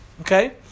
Okay